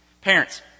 Parents